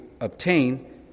obtain